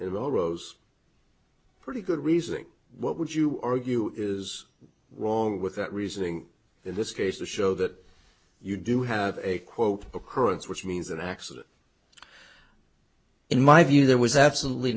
all rose pretty good reasoning what would you argue is wrong with that reasoning in this case to show that you do have a quote occurrence which means an accident in my view there was absolutely